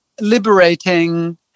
liberating